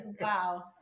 wow